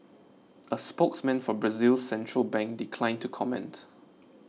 a spokesman for Brazil's central bank declined to comment